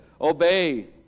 Obey